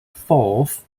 fourth